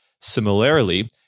Similarly